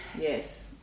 Yes